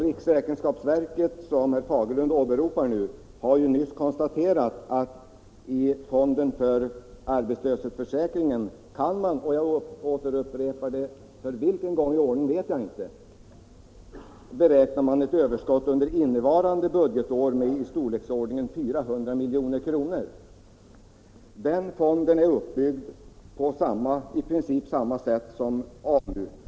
Riksräkenskapsverket, som herr Fagerlund nu åberopar, har konstaterat att — jag återupprepar det; för vilken gång i ordningen vet jag inte — man beräknar att få ett överskott i fonden för arbetslöshetsförsäkringen under innevarande budgetår i storleksordningen 400 milj.kr. Den fonden är i princip uppbyggd på samma sätt som AMU-fonden.